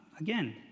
again